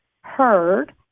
heard